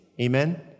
Amen